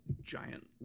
Giant